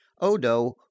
Odo